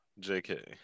JK